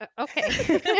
Okay